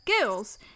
Girls